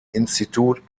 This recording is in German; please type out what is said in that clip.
institut